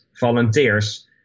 volunteers